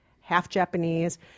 half-Japanese